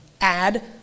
add